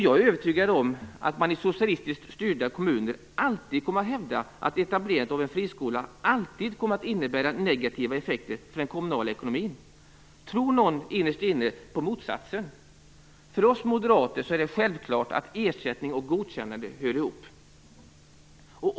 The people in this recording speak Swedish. Jag är övertygad om att man i socialistiskt styrda kommuner alltid kommer att hävda att etablerandet av en friskola kommer att innebära negativa effekter för den kommunala ekonomin. Tror någon innerst inne på motsatsen? För oss moderater är det självklart att ersättning och godkännande hör ihop.